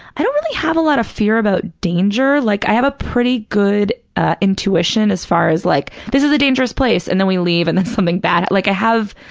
i don't really have a lot of fear about danger. like, i have a pretty good intuition as far as like, this is a dangerous place, and then we leave and then something bad, like i have,